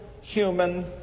human